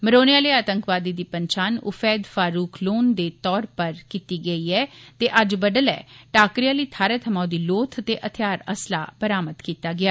मरोने आले आतंकवादी दी पंछान उफेद फारूक लोन दे तौर पर कीती गेई ऐ ते अज्ज बडलै टाकरे आली थाहरै थमां ओहदी लोथ ते थेआर असला बरामद कीता गेआ